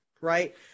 right